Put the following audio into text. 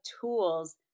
tools